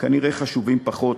כנראה חשובים פחות